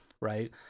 right